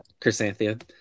Chrysanthia